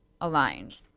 aligned